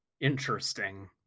interesting